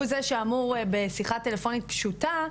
הוא זה שאמור בשיחת טלפונית פשוטה,